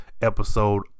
episode